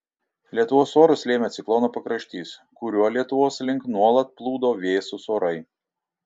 lietuvos orus lėmė ciklono pakraštys kuriuo lietuvos link nuolat plūdo vėsūs orai